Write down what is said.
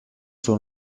són